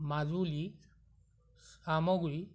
Majuli Chamaguri